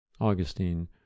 Augustine